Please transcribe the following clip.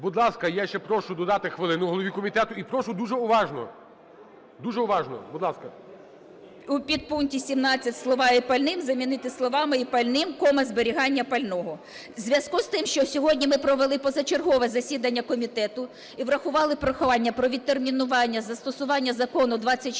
Будь ласка, я ще прошу додати хвилину голові комітету. І прошу дуже уважно, дуже уважно. Будь ласка. ЮЖАНІНА Н.П. …у підпункті 17 слова "і пальним" замінити словами "і пальним (кома), зберігання пального". У зв'язку з тим, що сьогодні ми провели позачергове засідання комітету і врахували прохання про відтермінування застосування Закону 2612